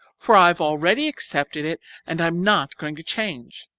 for i've already accepted it and i am not going to change!